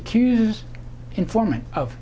accuse informant of